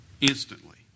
instantly